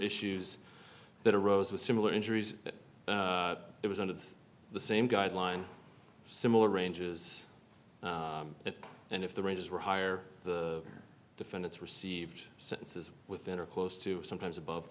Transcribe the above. issues that arose with similar injuries that it was one of the same guideline similar ranges and if the ranges were higher the defendants received sentences within or close to sometimes above